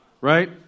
Right